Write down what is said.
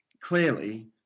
clearly